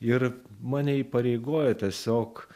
ir mane įpareigojo tiesiog